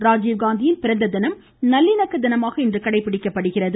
ராஜிவ்காந்தியின் பிறந்த தினம் நல்லிணக்க தினமாக இன்று கடைப்பிடிக்கப்படுகிறது